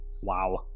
Wow